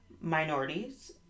minorities